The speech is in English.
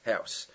house